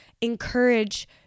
encourage